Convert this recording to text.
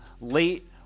late